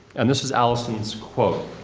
and this is allison's quote.